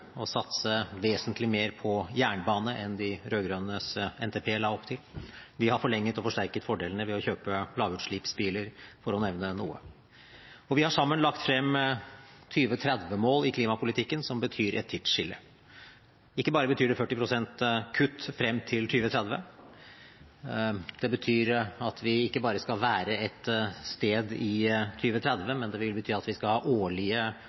å satse vesentlig mer på jernbane enn de rød-grønnes NTP la opp til. Vi har forlenget og forsterket fordelene ved å kjøpe lavutslippsbiler, for å nevne noe. Vi har sammen lagt frem 2030-mål i klimapolitikken, som betyr et tidsskille. Ikke bare betyr det 40 pst. kutt frem til 2030, det betyr at vi ikke bare skal være et sted i 2030, men at vi skal ha årlige